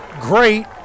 great